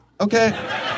Okay